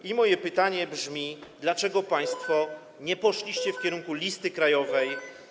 I moje pytanie brzmi: Dlaczego państwo nie poszliście w kierunku listy krajowej?